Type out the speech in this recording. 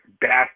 best